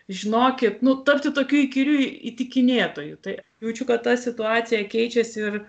žinokit nu tapti tokiu įkyriu įtikinėtoju tai jaučiu kad ta situacija keičiasi ir